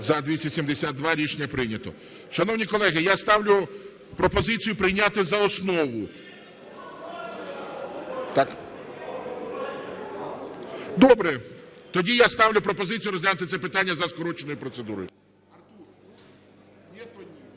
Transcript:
За-272 Рішення прийнято. Шановні колеги, я ставлю пропозицію прийняти за основу. Добре, тоді я ставлю пропозицію розглянути це питання за скороченою процедурою.